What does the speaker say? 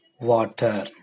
water